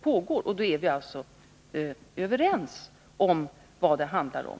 pågår. Då är vi alltså överens om vad det handlar om.